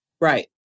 Right